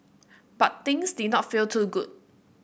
but things did not feel too good